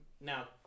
now